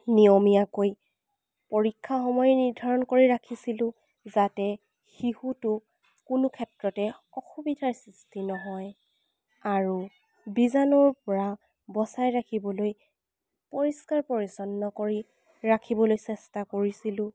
নিয়মীয়াকৈ পৰীক্ষা সময় নিৰ্ধাৰণ কৰি ৰাখিছিলোঁ যাতে শিশুটো কোনো ক্ষেত্ৰতে অসুবিধাৰ সৃষ্টি নহয় আৰু বীজাণুৰ পৰা বচাই ৰাখিবলৈ পৰিষ্কাৰ পৰিচ্ছন্ন কৰি ৰাখিবলৈ চেষ্টা কৰিছিলোঁ